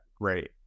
great